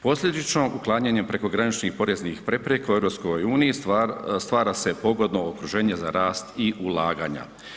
Posljedično, uklanjanje prekograničnih poreznih prepreka u EU, stvara se pogodno okruženje za rast i ulaganja.